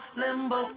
limbo